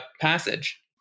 passage